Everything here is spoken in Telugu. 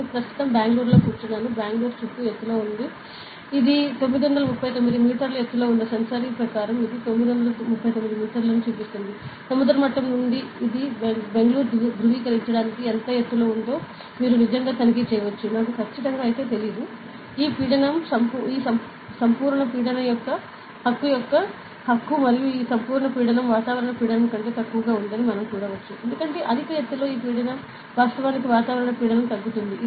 నేను ప్రస్తుతం బెంగళూరులో కూర్చున్నాను బెంగళూరు చుట్టూ ఎత్తులో ఉంది ఇది 939 మీటర్ల ఎత్తులో ఉన్న సెన్సారీ ప్రకారం ఇది 939 metres చూపిస్తుంది సముద్ర మట్టం నుండి బెంగుళూరు ధృవీకరించడానికి ఎంత ఎత్తులో ఉందో మీరు నిజంగా తనిఖీ చేయవచ్చు నాకు ఖచ్చితంగా తెలియదు ఈ పీడనం సంపూర్ణ పీడన హక్కు మరియు ఈ సంపూర్ణ పీడనం వాతావరణ పీడనం కంటే తక్కువగా ఉందని మనం చూడవచ్చు ఎందుకంటే అధిక ఎత్తులో ఈ పీడనం వాస్తవానికి వాతావరణ పీడనం తగ్గుతుంది